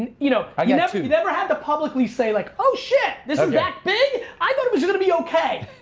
and you know ah you never you never had to publicly say like oh shit, this is that big, i thought it was gonna be okay.